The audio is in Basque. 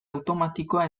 automatikoa